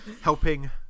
helping